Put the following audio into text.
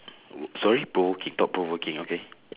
sorry provoking thought provoking okay